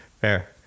fair